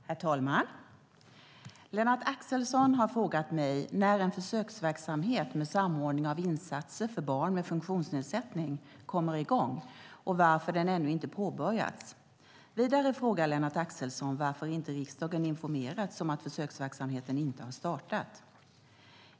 Herr talman! Lennart Axelsson har frågat mig när en försöksverksamhet med samordning av insatser för barn med funktionsnedsättning kommer i gång och varför den ännu inte påbörjats. Vidare frågar Lennart Axelsson varför inte riksdagen informerats om att försöksverksamheten inte har startat.